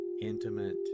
intimate